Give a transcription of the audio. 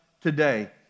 today